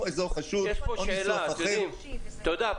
תודה.